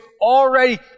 already